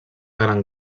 gran